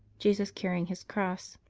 jesus carrying his cross.